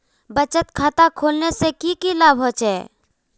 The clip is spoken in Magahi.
बचत खाता खोलने से की की लाभ होचे?